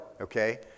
Okay